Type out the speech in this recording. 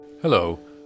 Hello